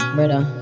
Brother